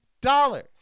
dollars